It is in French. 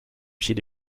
pied